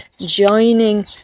joining